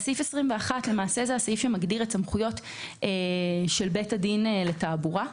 זה הסעיף שמגדיר את סמכויות בית הדין לתעבורה.